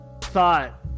thought